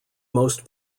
most